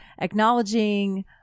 acknowledging